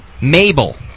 Mabel